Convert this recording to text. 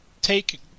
take